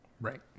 Right